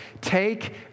Take